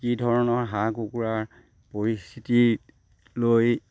কি ধৰণৰ হাঁহ কুকুৰাৰ পৰিস্থিতি লৈ